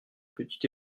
petite